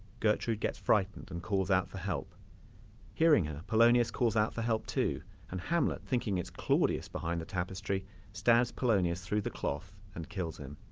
gertrude gets frightened and calls out for help hearing her, polonius calls out for help too and hamlet, thinking it's claudius behind the tapestry stands polonius through the clock and kills him.